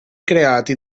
creati